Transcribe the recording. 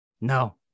No